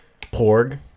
Porg